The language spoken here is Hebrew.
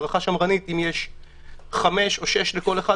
לכן ההערכה שמרנית שאם יש חמישה או שישה לכל אחד,